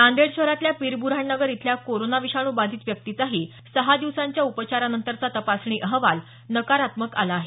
नांदेड शहरातल्या पिरब्र हाणनगर इथल्या कोरोना विषाणू बाधित व्यक्तीचाही सहा दिवसांच्या उपचारानंतरचा तपासणी अहवाल नकारात्मक आला आहे